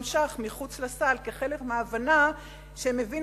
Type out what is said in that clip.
שקל מחוץ לסל כחלק מההבנה שהן הבינו